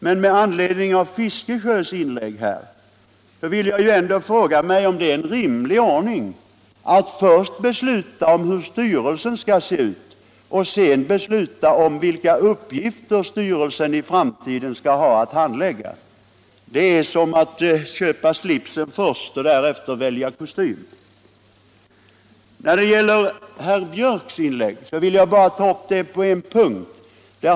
Men med anledning av herr Fiskesjös inlägg frågar jag mig ändå om det är en rimlig ordning att först besluta om hur styrelsen skall se ut och sedan besluta om vilka uppgifter styrelsen i framtiden skall ha att handlägga. Det är som att köpa slips först och därefter välja kostym. När det gäller herr Björcks i Nässjö inlägg vill jag bara ta upp en punkt.